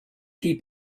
keep